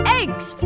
eggs